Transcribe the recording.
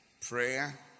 Prayer